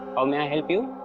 um may i help you?